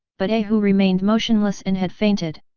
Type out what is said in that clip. but a hu remained motionless and had fainted.